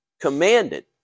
commanded